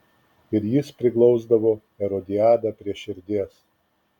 ir jis priglausdavo erodiadą prie širdies